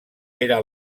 era